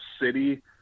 city